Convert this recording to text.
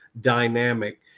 dynamic